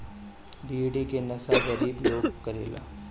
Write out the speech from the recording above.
बीड़ी के नशा गरीब लोग करेला